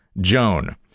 Joan